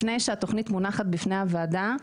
לפני שהתוכנית מונחת בפני הוועדה,